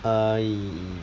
err ye~